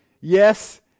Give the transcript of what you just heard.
Yes